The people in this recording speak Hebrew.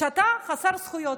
אתה חסר זכויות.